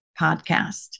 podcast